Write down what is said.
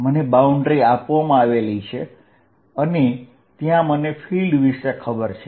મને બાઉન્ડ્રી આપવામાં આવી છે અને ત્યાં મને ફીલ્ડ વિશે ખબર છે